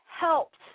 helped